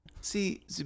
See